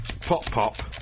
pop-pop